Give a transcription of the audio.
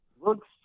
Looks